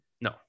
No